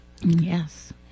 Yes